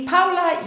Paula